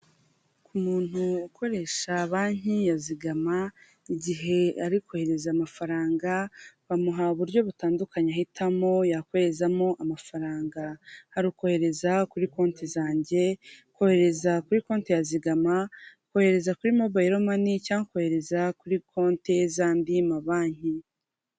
Umuntu ukoresha banki ya Zigama igihe ari kohereza amafaranga bamuha uburyo butandukanye ahitamo yakoherezamo amafaranga. Hari ukohereza kuri konte zange, kohereza kuri konte ya Zigama, kohereza kuri mobayilo mani cyangwa kohereza kuri konte z'andi mabanki.